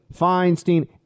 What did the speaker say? Feinstein